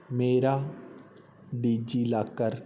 ਮੇਰਾ ਡਿਜੀਲਾਕਰ